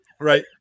right